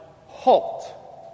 HALT